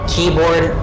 Keyboard